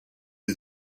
was